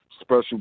special